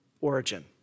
origin